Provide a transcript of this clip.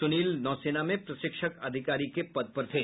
सुनील नौसेना में प्रशिक्षक अधिकारी के पद पर थे